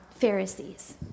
Pharisees